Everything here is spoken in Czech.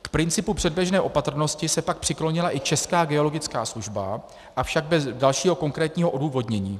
K principu předběžné opatrnosti se pak přiklonila i Česká geologická služba, avšak bez dalšího konkrétního odůvodnění.